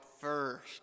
first